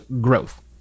growth